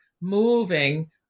moving